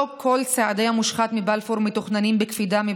לא להכניס את החוק הזה לספר החוקים של מדינת ישראל.